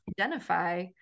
identify